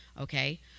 okay